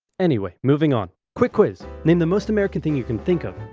anyway, moving on. quick quiz! name the most american thing you can think of.